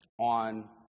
on